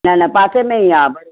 न न पासे में ई आहे बराबरि